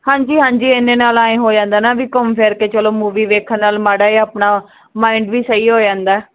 ਹਾਂਜੀ ਹਾਂਜੀ ਇੰਨੇ ਨਾਲ ਐਂ ਹੋ ਜਾਂਦਾ ਨਾ ਵੀ ਘੁੰਮ ਫਿਰ ਕੇ ਚੱਲੋ ਮੂਵੀ ਵੇਖਣ ਨਾਲ ਮਾੜਾ ਜਿਹਾ ਆਪਣਾ ਮਾਇੰਡ ਵੀ ਸਹੀ ਹੋ ਜਾਂਦਾ